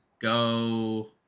go